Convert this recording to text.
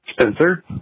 Spencer